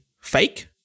fake